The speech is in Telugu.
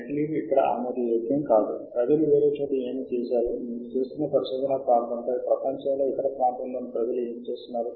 ప్రారంభంలో మీ ఇ మెయిల్ చిరునామాను అందించమని అడుగుతుంది మరియు ఒకసారి మీ ఇ మెయిల్ చిరునామాను ఇస్తే అప్పుడు నిర్ధారణకై ఒక ఇ మెయిల్ వస్తుంది తరువాత మీరు మీ పాస్వర్డ్ను సరిచేయగలుగుతారు